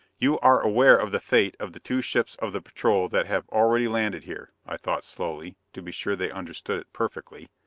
you are aware of the fate of the two ships of the patrol that have already landed here, i thought slowly, to be sure they understood perfectly.